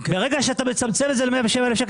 ברגע שאתה מצמצם את זה ל-107,000 ₪,